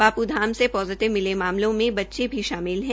बापूधाम से पोजिटिव मिले मामलों में बच्चे भी शामिल है